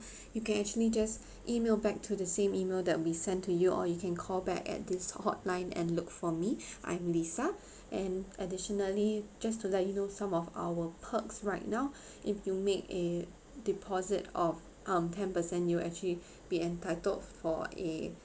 you can actually just email back to the same email that we sent to you or you can call back at this hotline and look for me I'm lisa and additionally just to let you know some of our perks right now if you make a deposit of um ten percent you will actually be entitled for a